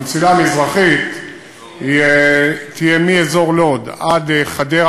המסילה המזרחית תהיה מאזור לוד עד חדרה,